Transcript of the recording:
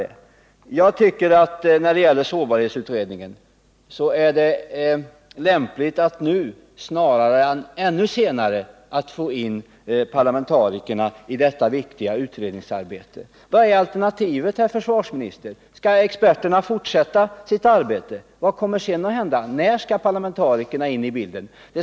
ir jag beredd att När det gäller sårbarhetsutredningen är det enligt min mening lämpligare att nuän ännu senare få in parlamentarikerna i detta viktiga utredningsarbete. Vilket är alternativet, herr försvarsminister? Om experterna skall fortsätta sitt arbete, vad kommer sedan att hända? När skall parlamentarikerna in i bilden?